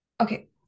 okay